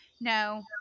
No